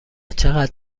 چقدر